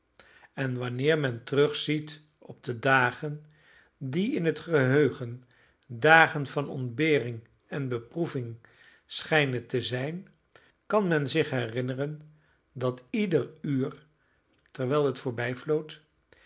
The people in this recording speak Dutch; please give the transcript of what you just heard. en wanneer men terugziet op de dagen die in het geheugen dagen van ontbering en beproeving schijnen te zijn kan men zich herinneren dat ieder uur terwijl het